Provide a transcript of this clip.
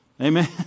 Amen